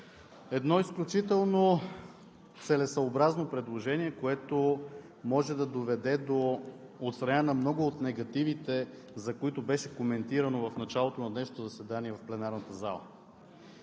Едно изключително целесъобразно предложение, което може да доведе до отстраняване на много от негативите, за които беше коментирано в началото на днешното заседание в пленарната зала.